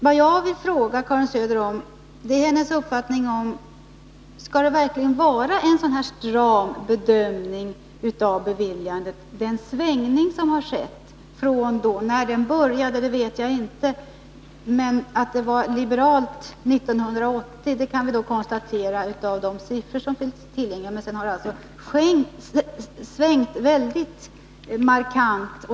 Vad jag vill fråga Karin Söder om är om det enligt hennes uppfattning verkligen skall vara en sådan här stram bedömning vid beviljandet av havandeskapspenning. Det har skett en svängning. När den började vet jag inte, men att det var liberalt 1980 kan vi konstatera av de siffror som finns tillgängliga. Men sedan har det alltså svängt väldigt markant.